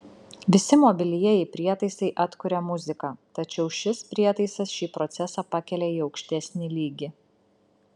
visi mobilieji prietaisai atkuria muziką tačiau šis prietaisas šį procesą pakelia į aukštesnį lygį